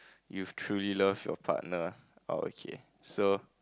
you've truly love your partner okay so